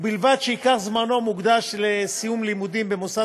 ובלבד שעיקר זמנו מוקדש לסיום לימודים במוסד